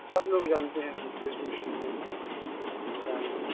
सब लोग जानते हैं किसी से पूछ लीजिएगा वे बताएंगे